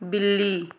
ਬਿੱਲੀ